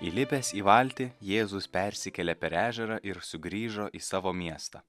įlipęs į valtį jėzus persikėlė per ežerą ir sugrįžo į savo miestą